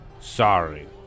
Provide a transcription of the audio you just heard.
sorry